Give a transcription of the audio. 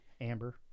Amber